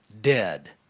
dead